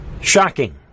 Shocking